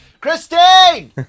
christine